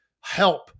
help